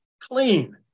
clean